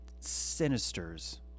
sinisters